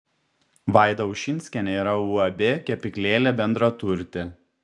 vaida ušinskienė yra uab kepyklėlė bendraturtė